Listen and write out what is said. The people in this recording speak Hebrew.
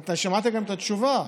ושמעת גם את התשובה,